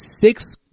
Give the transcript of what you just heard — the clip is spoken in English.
six